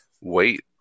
wait